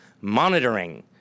monitoring